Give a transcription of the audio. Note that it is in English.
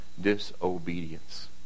disobedience